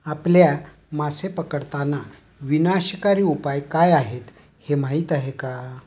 आपल्या मासे पकडताना विनाशकारी उपाय काय आहेत हे माहीत आहे का?